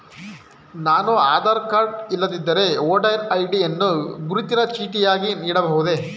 ನಾನು ಆಧಾರ ಕಾರ್ಡ್ ಇಲ್ಲದಿದ್ದರೆ voter ID ಯನ್ನು ಗುರುತಿನ ಚೀಟಿಯಾಗಿ ನೀಡಬಹುದೇ?